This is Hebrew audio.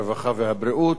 הרווחה והבריאות,